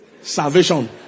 salvation